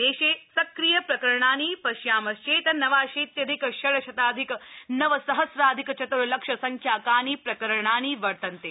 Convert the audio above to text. देशे सक्रिय प्रकरणानि श्यामश्चेत् नवाशीत्यधिक षड् शताधिक नव सहस्राधिक चत्र्लक्ष संख्याकानि प्रकरणानि वर्तन्ते